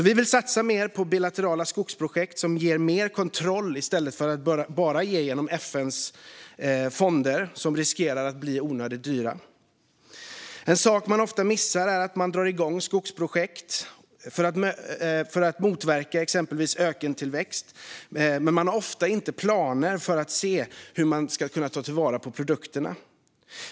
Vi vill satsa mer på bilaterala skogsprojekt som ger mer kontroll i stället för att bara ge genom FN:s fonder, som riskerar att bli onödigt dyra. En sak man ofta missar är att man drar igång skogsprojekt för att motverka exempelvis ökentillväxt men man har inte planer för hur man ska kunna ta till vara produkterna.